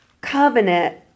covenant